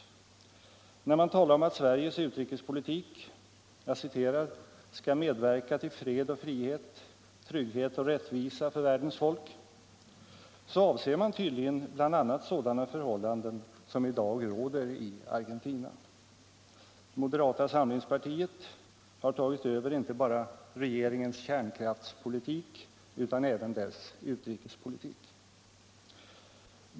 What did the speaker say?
När man talar om att Sveriges utrikespolitik ”skall medverka till fred och frihet, trygghet och rättvisa för världens folk” avser man tydligen sådana förhållanden som i dag råder i Argentina. Moderata samlingspartiet har tagit över inte bara regeringens kärnkraftspoliuik utan även dess utrikespolitik.